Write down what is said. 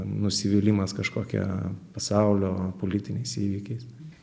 nusivylimas kažkokia pasaulio politiniais įvykiais